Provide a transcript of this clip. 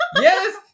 yes